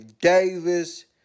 Davis